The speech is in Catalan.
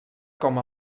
com